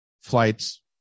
flights